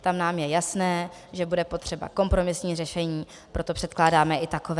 Tam nám je jasné, že bude potřeba kompromisní řešení, proto předpokládáme i takové.